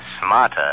smarter